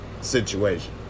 situation